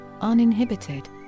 uninhibited